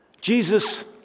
Jesus